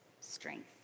strength